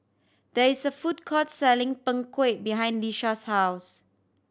there is a food court selling Png Kueh behind Lisha's house